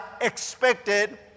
expected